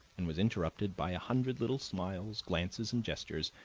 and was interrupted by a hundred little smiles, glances, and gestures,